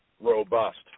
robust